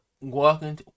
walking